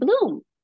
bloom